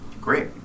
great